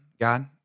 God